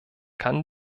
kann